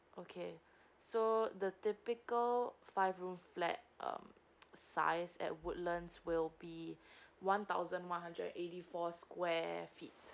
so the typical five room flat uh size at woodlands will be one thousand one hundred eighty four square feet